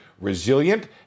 resilient